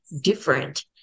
different